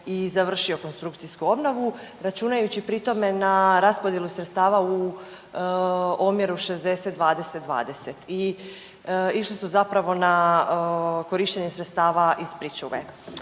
i završio konstrukcijsku obnovu računajući pri tome na raspodjelu sredstava u omjeru 60 – 20 – 20 i išli su zapravo na korištenje sredstava iz pričuve.